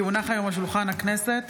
התשפ"ד 2024,